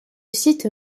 site